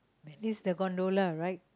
Medley's the gondola right